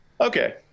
Okay